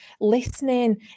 listening